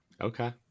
Okay